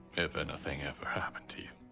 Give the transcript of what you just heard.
if anything ever happened to